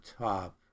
top